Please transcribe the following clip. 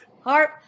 Harp